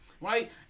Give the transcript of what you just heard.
right